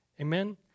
Amen